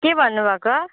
के भन्नुभएको